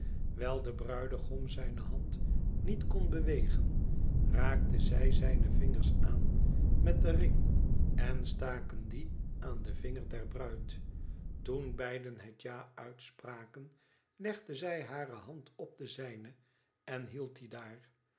wijl de bruidegom zijne hand niet kon bewegen raakten zij zijne vingers aan met den nng en staken dien aan den vinger der bruid toen beiden het ja uitspraken legde zij hare hand op de zijne en hield die daar